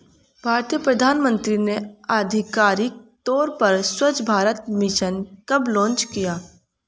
भारतीय प्रधानमंत्री ने आधिकारिक तौर पर स्वच्छ भारत मिशन कब लॉन्च किया?